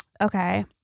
Okay